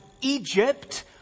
Egypt